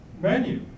menu